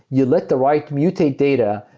you let the write mutate data.